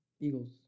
Eagles